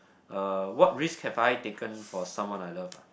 uh what risk have I taken for someone I love ah